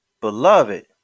beloved